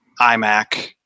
iMac